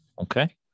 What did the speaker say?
Okay